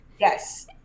Yes